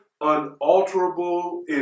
unalterable